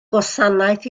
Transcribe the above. gwasanaeth